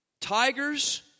Tigers